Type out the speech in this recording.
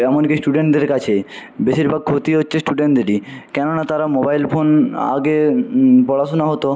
এমনকি স্টুডেন্টদের কাছে বেশিরভাগ ক্ষতি হচ্ছে স্টুডেন্টদেরই কেননা তারা মোবাইল ফোন আগে পড়াশোনা হতো